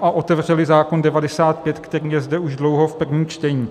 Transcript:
a otevřeli zákon 95, který je zde už dlouho v prvním čtení.